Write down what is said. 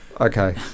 Okay